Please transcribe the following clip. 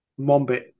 Mombit